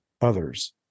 others